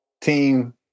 team